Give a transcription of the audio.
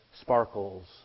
sparkles